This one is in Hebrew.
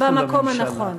אנחנו נשים אותם במקום הנכון.